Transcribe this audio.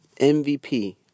MVP